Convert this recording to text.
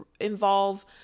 involve